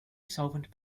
solvent